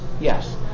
Yes